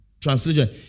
translation